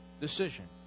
decision